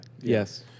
Yes